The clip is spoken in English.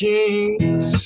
Kings